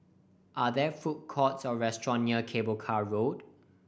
are there food courts or restaurant near Cable Car Road